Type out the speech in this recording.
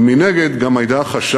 אבל מנגד גם היה חשש